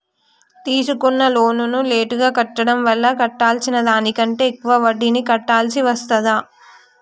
తీసుకున్న లోనును లేటుగా కట్టడం వల్ల కట్టాల్సిన దానికంటే ఎక్కువ వడ్డీని కట్టాల్సి వస్తదా?